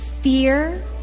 fear